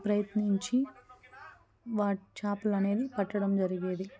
ప్రయత్నించి వా చేపలు అనేవి పట్టడం జరిగేది